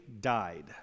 died